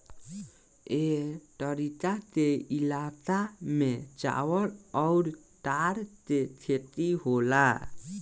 ए तरीका के इलाका में चावल अउर तार के खेती होला